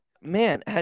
Man